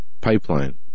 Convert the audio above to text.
pipeline